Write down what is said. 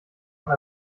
noch